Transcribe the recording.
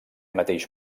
mateix